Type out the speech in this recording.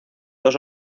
dos